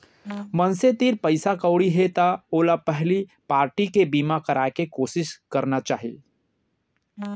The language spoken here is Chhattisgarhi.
मनसे तीर पइसा कउड़ी हे त ओला पहिली पारटी के बीमा कराय के कोसिस करना चाही